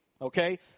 okay